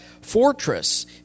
fortress